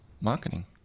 marketing